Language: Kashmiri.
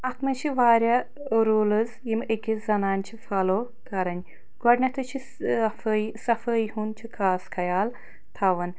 اَتھ مَنٛز چھِ واریاہ روٗلز یم أکِس زنانہِ چھِ فالوٗ کَرٕنۍ گۄڈنٮ۪تھٕے چھِ صفٲیی صفٲیی ہُنٛد چھُ خاص خیال تھاوان